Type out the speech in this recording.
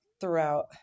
throughout